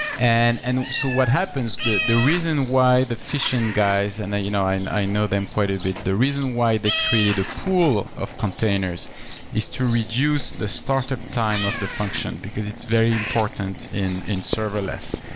and and so what happens, the the reason why the fission guys and you know i know them quite a bit. the reason why they created a pool of containers is to reduce the startup time of the function, because it's very important in in serverless.